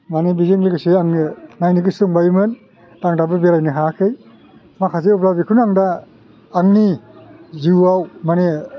माने बेजों लोगोसे आङो नायनो गोसो दंबायोमोन आं दाबो बेरायनो हायाखै माखासे अब्लाबो बेखौनो दा आंनि जिउआव माने